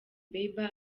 bieber